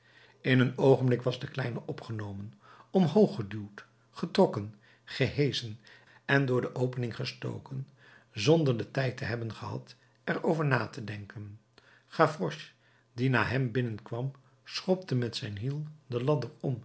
in een oogenblik was de kleine opgenomen omhoog geduwd getrokken geheschen en door de opening gestoken zonder den tijd te hebben gehad er over na te denken gavroche die na hem binnenkwam schopte met zijn hiel de ladder